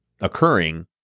occurring